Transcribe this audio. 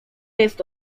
jest